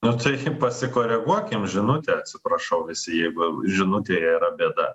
nu tai pasikoreguokim žinutę atsiprašau visi jeigu žinutėje yra bėda